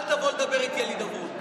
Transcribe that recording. אל תבוא לדבר איתי על הידברות.